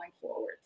forward